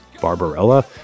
Barbarella